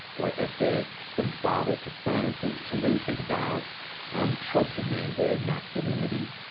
or essay, from father to son, to to really think about tropes of manhood, masculinity,